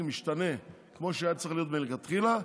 ישתנה כמו שהיה צריך להיות מלכתחילה,